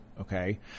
Okay